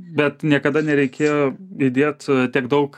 bet niekada nereikėjo įdėt tiek daug